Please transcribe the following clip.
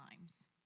times